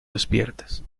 despiertes